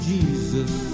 Jesus